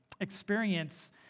experience